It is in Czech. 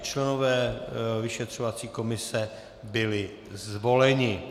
Členové vyšetřovací komise byli zvoleni.